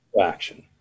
action